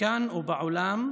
כאן ובעולם,